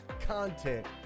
content